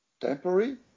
temporary